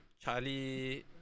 Charlie